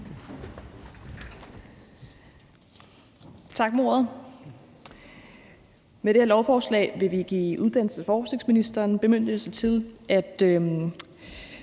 Tak for ordet. Med det her lovforslag vil vi give uddannelses- og forskningsministeren bemyndigelse til, at